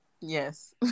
yes